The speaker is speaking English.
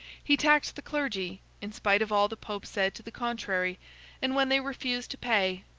he taxed the clergy, in spite of all the pope said to the contrary and when they refused to pay,